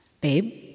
Babe